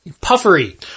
Puffery